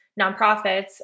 nonprofits